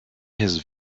his